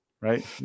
right